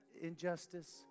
injustice